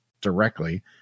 directly